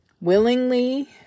willingly